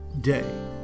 day